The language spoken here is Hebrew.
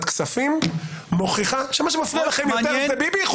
הכספים מוכיחה שמה שמפריע לכם זה ביבי.